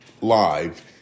live